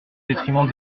détriment